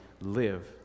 live